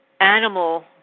animal